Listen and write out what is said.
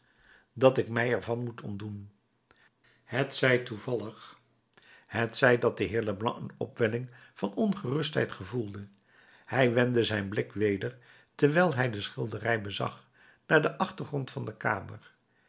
dat ik mij ervan moet ontdoen hetzij toevallig hetzij dat de heer leblanc een opwelling van ongerustheid gevoelde hij wendde zijn blik weder terwijl hij de schilderij bezag naar den achtergrond der kamer